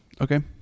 Okay